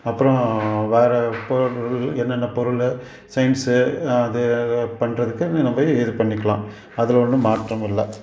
அப்புறம் வேற பொருள் என்னென்ன பொருள் சயின்ஸ் அது பண்ணுறதுக்கு நம்ம இது பண்ணிக்கலாம் அதில் ஒன்றும் மாற்றம் இல்லை